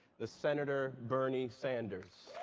the senator bernie sanders.